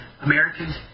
Americans